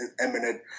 eminent